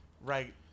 right